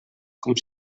com